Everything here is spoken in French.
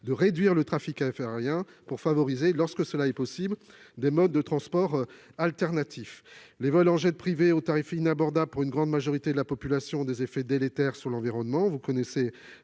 de réduire le trafic aérien pour favoriser, lorsque cela est possible, des modes de transport alternatifs. Les vols en jet privé, aux tarifs inabordables pour une grande majorité de la population et aux taux d'émanation de CO2 par personne